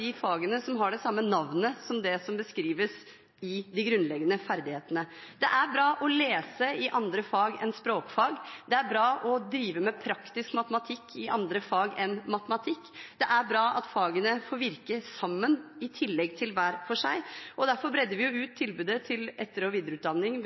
fagene som har det samme navnet som det som beskrives i de grunnleggende ferdighetene. Det er bra å lese i andre fag enn språkfag, det er bra å drive med praktisk matematikk i andre fag enn matematikk, og det er bra at fagene får virke sammen i tillegg til hver for seg. Derfor bredder vi